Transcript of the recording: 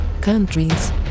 countries